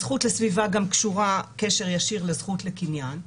הזכות לסביבה קשורה גם קשר ישיר לזכות לקניין הציבור.